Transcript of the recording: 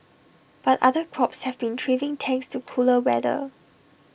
but other crops have been thriving thanks to cooler weather